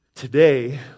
Today